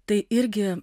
tai irgi